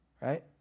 right